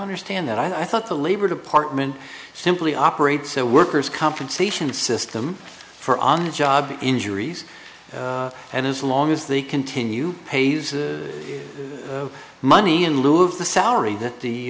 understand that i thought the labor department simply operates so workers compensation system for on the job injuries and as long as they continue pays the money in lieu of the salary that the